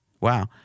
Wow